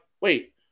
wait